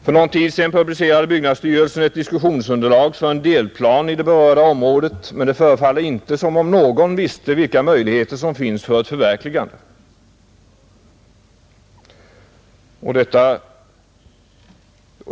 För någon tid sedan publicerade byggnadsstyrelsen ett diskussionsunderlag för en delplan i det berörda området, men det förefaller inte som om någon visste vilka möjligheter som finns för ett förverkligande.